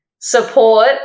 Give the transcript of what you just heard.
support